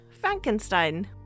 Frankenstein